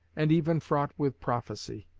and even fraught with prophecy.